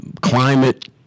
climate